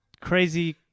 crazy